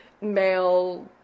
male